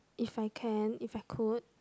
if I can if I could